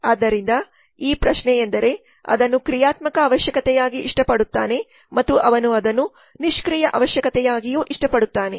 ಆದ್ದರಿಂದ ಈ ಪ್ರಶ್ನೆ ಎಂದರೆ ಅವನು ಅದನ್ನು ಕ್ರಿಯಾತ್ಮಕ ಅವಶ್ಯಕತೆಯಾಗಿ ಇಷ್ಟಪಡುತ್ತಾನೆ ಮತ್ತು ಅವನು ಅದನ್ನು ನಿಷ್ಕ್ರಿಯ ಅವಶ್ಯಕತೆಯಾಗಿಯೂ ಇಷ್ಟಪಡುತ್ತಾನೆ